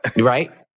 Right